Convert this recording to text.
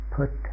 put